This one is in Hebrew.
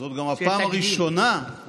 --- זאת גם הפעם הראשונה,